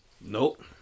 Nope